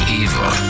evil